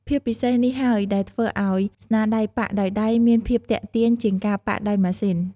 ភាពពិសេសនេះហើយដែលធ្វើឱ្យស្នាដៃប៉ាក់ដោយដៃមានភាពទាក់ទាញជាងការប៉ាក់ដោយម៉ាស៊ីន។